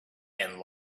and